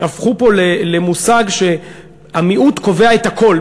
הפכו פה למושג שהמיעוט קובע את הכול.